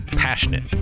passionate